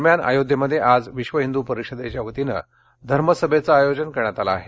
दरम्यान आयोध्येमध्ये आज विश्व हिंदू परिषदेच्या वतीनं धर्म सभेचं आयोजन करण्यात आलं आहे